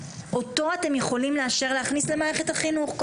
אותו אתם יכולים לאשר להכניס למערכת החינוך,